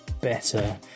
better